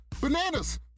Bananas